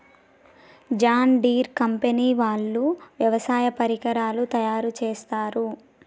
John Deere company వాళ్ళు వ్యవసాయ పరికరాలు తయారుచేస్తారు